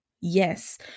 Yes